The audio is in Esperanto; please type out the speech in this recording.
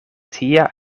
tia